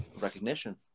recognition